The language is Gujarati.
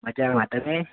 મજામાં તમે